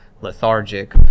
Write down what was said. lethargic